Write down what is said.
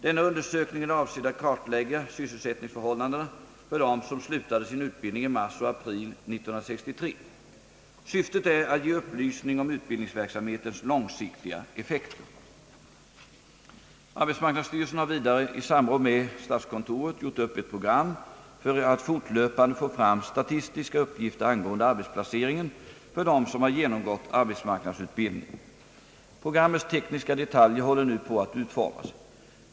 Denna undersökning är avsedd att kartlägga sysselsättningsförhållandena för dem som slutade sin utbildning i mars och april 1963. Syftet är att ge upplysning om utbildningsverksamhetens långsiktiga effekter. Arbetsmarknadsstyrelsen har vidare i samråd med statskontoret gjort upp ett program för att fortlöpande få fram statistiska uppgifter angående arbets placeringen för dem som har genomgått arbetsmarknadsutbildning. Programmets tekniska detaljer håller nu på att utformas.